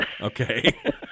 okay